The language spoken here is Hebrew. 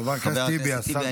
חבר הכנסת טיבי,